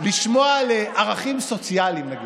לשמוע על ערכים סוציאליים, נגיד.